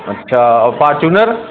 अच्छा और फाचुनर